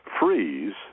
freeze